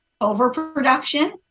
overproduction